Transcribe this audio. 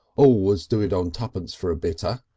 always do it on tuppence for a bitter.